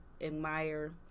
admire